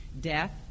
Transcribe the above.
death